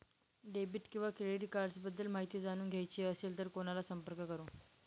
Debit किंवा credit cards बद्दल माहिती जाणून घ्यायची असेल तर कोणाला संपर्क करु?